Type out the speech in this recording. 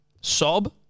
Sob